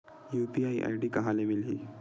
UPI ID कहां ले मिलही?